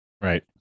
Right